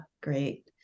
great